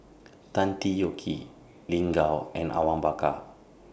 Tan Tee Yoke Lin Gao and Awang Bakar